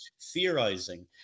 theorizing